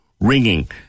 ringing